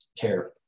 care